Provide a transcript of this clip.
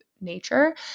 nature